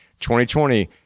2020